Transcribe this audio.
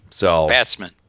Batsman